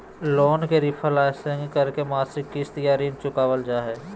loan के refinancing करके मासिक किस्त या ऋण चुकावल जा हय